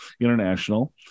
international